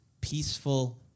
peaceful